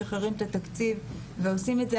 משחררים את התקציב ועושים את זה.